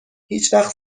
هیچوقت